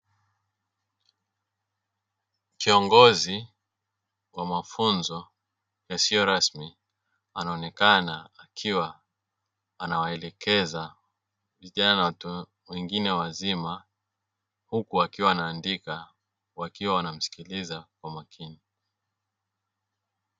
Kiongozi wa mafunzo yasio rasmi anaonekana akiwa anawaelekeza vijana na watu wengine wazima, huku wakiwa wanaandika, wakiwa wanamsikiliza kwa makini.